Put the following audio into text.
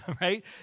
right